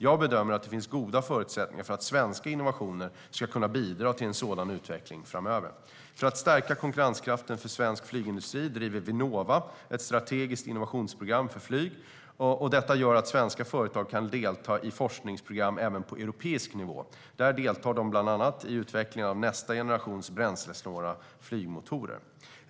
Jag bedömer att det finns goda förutsättningar för att svenska innovationer ska kunna bidra till en sådan utveckling framöver. För att stärka konkurrenskraften för svensk flygindustri driver Vinnova ett strategiskt innovationsprogram för flyg, och detta gör att svenska företag kan delta i forskningsprogram även på europeisk nivå. Där deltar de bland annat i utvecklingen av nästa generations bränslesnåla flygmotorer.